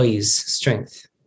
strength